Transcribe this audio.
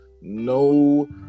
no